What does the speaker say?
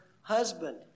husband